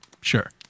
sure